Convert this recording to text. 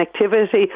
connectivity